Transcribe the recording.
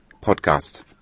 podcast